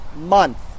month